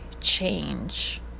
change